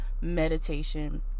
meditation